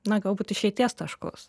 na galbūt išeities taškus